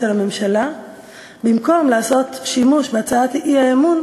על הממשלה במקום לעשות שימוש בהצעת האי-אמון,